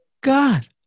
God